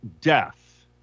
Death